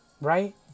right